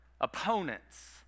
Opponents